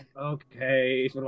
Okay